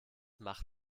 mach